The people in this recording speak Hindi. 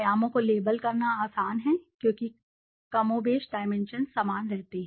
आयामों को लेबल करना आसान है क्योंकि कमोबेश डाइमेंशन्स समान रहते हैं